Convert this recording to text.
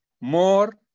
more